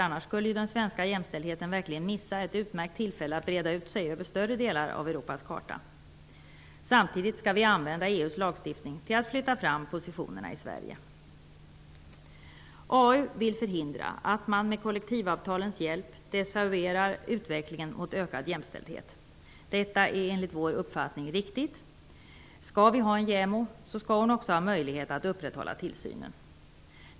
Annars skulle den svenska jämställdheten verkligen missa ett utmärkt tillfälle att breda ut sig över större delar av Europas karta. Samtidigt skall vi använda EU:s lagstiftning till att flytta fram positionerna i Sverige. Arbetsmarknadsutskottet vill förhindra att man med kollektivavtalens hjälp desavouerar utvecklingen mot ökad jämställdhet. Detta är enligt vår uppfattning riktigt. Om vi skall ha en JämO skall hon också ha möjlighet att upprätthålla tillsynen.